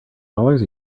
dollars